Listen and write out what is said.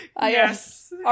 Yes